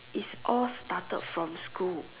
is all started from school